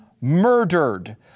murdered